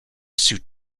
suit